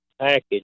package